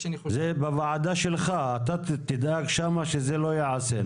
זה בוועדה שלך אתה תדאג שם שזה לא ייעשה.